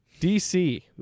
DC